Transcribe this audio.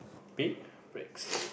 big breaks